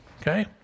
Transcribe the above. okay